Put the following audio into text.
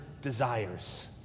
desires